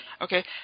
Okay